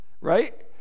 right